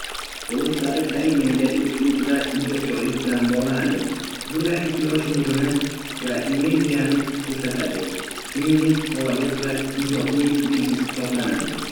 To'liq sariq rang menga iliqlik va ijodkorlik bilan bog‘lanadi. Bu rang quyosh nurini va energiyani eslatadi, shuningdek, faoliyat va ijodning belgisi hisoblanadi.